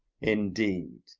indeed?